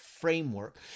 framework